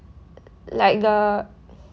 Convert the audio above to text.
like the